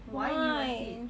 why